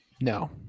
No